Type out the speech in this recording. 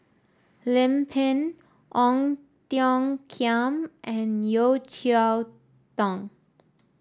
Lim Pin Ong Tiong Khiam and Yeo Cheow Tong